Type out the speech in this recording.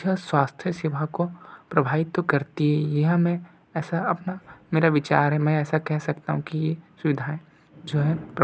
जो स्वास्थ्य सेवा को प्रभावित तो करती ही है हमें ऐसा अपना मेरा विचार है मैं ऐसा कह सकता हूँ कि सुविधाएँ जो है